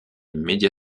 media